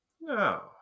No